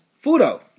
Fudo